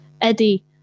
Eddie